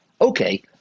okay